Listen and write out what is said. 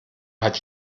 hat